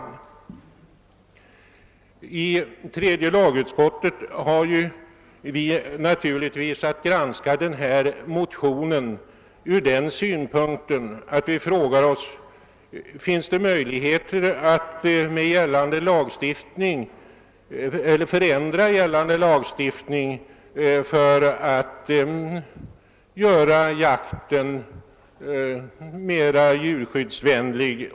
I tredje lagutskottet har vi vid behandlingen av motionen frågat oss, om det finns möjligheter att förändra gällande lagstiftningen för att göra jakten mera djurskyddsvänlig.